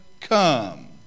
come